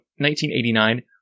1989